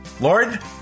Lord